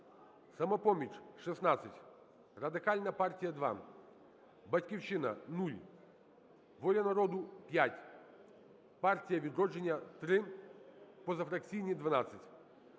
"Самопоміч" – 16, Радикальна партія – 2, "Батьківщина" – 0, "Воля народу" – 5, "Партія "Відродження" – 3, позафракційні – 12.